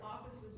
offices